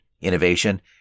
innovation